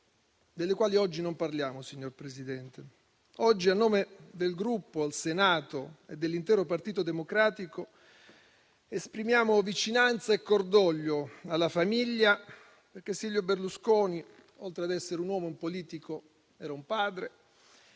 delle quali oggi non parliamo, signor Presidente. Oggi, a nome del nostro Gruppo qui in Senato e dell'intero Partito Democratico, esprimiamo vicinanza e cordoglio alla famiglia, perché Silvio Berlusconi, oltre a essere un uomo politico, era un padre